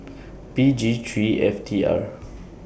P G three F T R